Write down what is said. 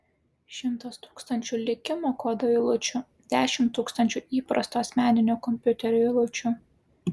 šimtas tūkstančių likimo kodo eilučių dešimt tūkstančių įprasto asmeninio kompiuterio eilučių